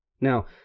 Now